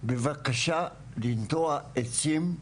בבקשה לנטוע עצים,